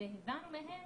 והבנו מהם